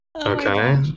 Okay